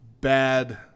bad